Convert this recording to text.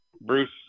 Bruce